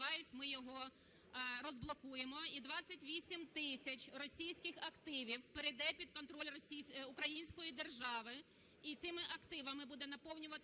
ми його розблокуємо. І 28 тисяч російських активів перейде під контроль української держави, і цими активами буде наповнюватися,